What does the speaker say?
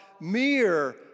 mere